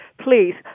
please